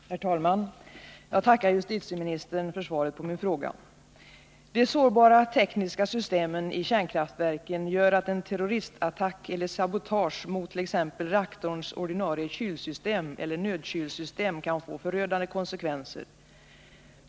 Herr talman! Jag tackar justitieministern för svaret på min fråga. De sårbara tekniska systemen i kärnkraftverken gör att en terroristattack eller ett sabotage mot t.ex. reaktorns ordinarie kylsystem eller nödkylsystem kan få förödande konsekvenser.